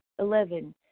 Eleven